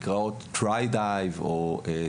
סקרנו חמש מדינות: אוסטרליה,